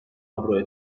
avroya